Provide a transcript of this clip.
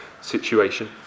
situation